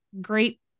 great